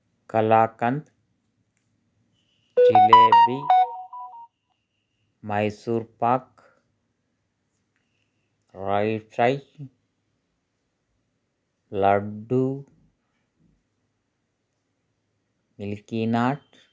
kalakand jalebi Mysore pak rice fry laddu మిల్కీనాాట్